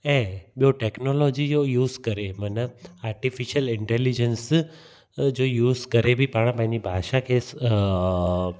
ऐं ॿियो टेक्नोलॉजी जो यूज़ करे माना आर्टिफ़िशल इंटेलीजेंस जो यूज़ करे बि पाण पंहिंजी भाषा खे